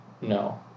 no